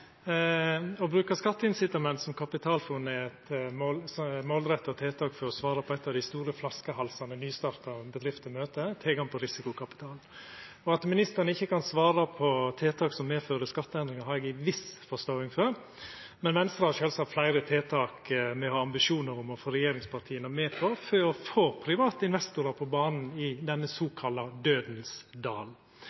Å bruka skatteincitament som kapitalfond er eit målretta tiltak for å svara på ein av dei store flaskehalsane nystarta bedrifter møter – tilgang på risikokapital. At ministeren ikkje kan svara om tiltak som medfører skatteendringar, har eg ei viss forståing for, men Venstre har sjølvsagt fleire tiltak me har ambisjonar om å få regjeringspartia med på for å få private investorar på banen i denne